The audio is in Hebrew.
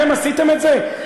אתם עשיתם את זה?